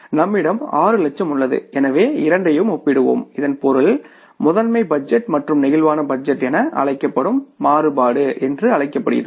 நம்மிடம் 6 லட்சம் உள்ளது எனவே இரண்டையும் ஒப்பிடுவோம் இதன் பொருள் முதன்மை பட்ஜெட் மற்றும் பிளேக்சிபிள் பட்ஜெட் என அழைக்கப்படும் மாறுபாடு என்று அழைக்கப்படுகிறது